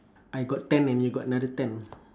I got ten and you got another ten